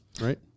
right